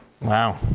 Wow